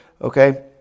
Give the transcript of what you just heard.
Okay